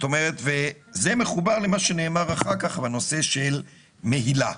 זה מחובר למה שנאמר אחר כך בנושא של מהילה.